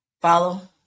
Follow